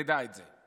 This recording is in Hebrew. תדע את זה.